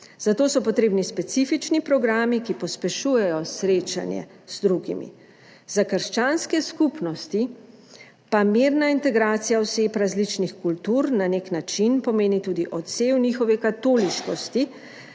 Za to so potrebni specifični programi, ki pospešujejo srečanje z drugimi. Za krščanske skupnosti pa mirna integracija oseb različnih kultur na nek način pomeni tudi odsev njihove katoliškosti